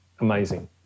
amazing